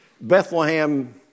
Bethlehem